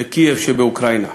בקייב שבאוקראינה.